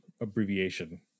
abbreviation